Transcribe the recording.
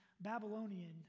Babylonian